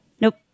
Nope